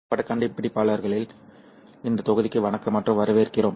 புகைப்படக் கண்டுபிடிப்பாளர்களில் இந்த தொகுதிக்கு வணக்கம் மற்றும் வரவேற்கிறோம்